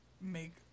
make